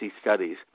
studies